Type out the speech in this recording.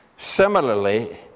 Similarly